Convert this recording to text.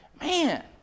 Man